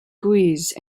guise